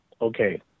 Okay